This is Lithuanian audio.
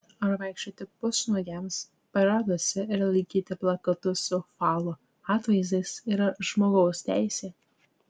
ar vaikščioti pusnuogiams paraduose ir laikyti plakatus su falo atvaizdais yra žmogaus teisė